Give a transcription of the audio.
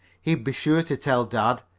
he'd be sure to tell dad,